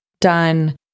done